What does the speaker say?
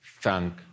thank